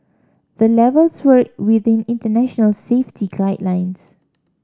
the levels were within international safety guidelines